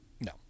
No